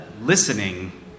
listening